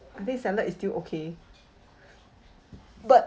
I think salad is still okay but